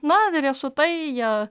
na riešutai jie